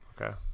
Okay